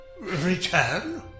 Return